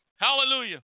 Hallelujah